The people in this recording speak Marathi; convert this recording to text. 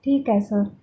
ठीक आहे सर